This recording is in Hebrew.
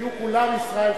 יהיו כולם ישראל חסון.